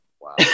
Wow